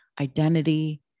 identity